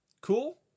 cool